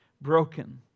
Broken